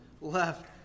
left